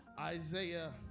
Isaiah